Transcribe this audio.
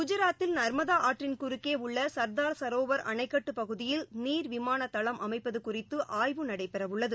குஜராத்தில் நா்மதாஆற்றின் குறுக்கேஉள்ளன்தார் சரோவர் அணைக்கட்டுப் பகுதியில் ந் விமானதளம் அமைப்பதுகுறித்துஆய்வு நடைபெறவுள்ளது